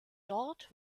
dort